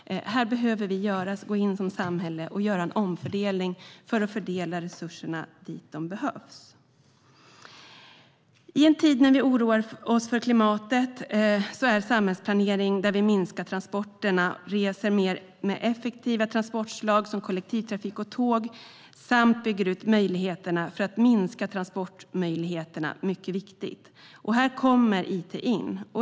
Här behöver vi gå in som samhälle och göra en omfördelning av resurserna så att de hamnar där de behövs. I en tid när vi oroar oss för klimatet är det mycket viktigt med en samhällsplanering där vi minskar transporterna och reser mer med effektiva transportslag som kollektivtrafik, bland annat tåg, samt bygger ut möjligheterna för att minska transportbehovet. Här kommer it in.